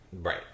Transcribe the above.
Right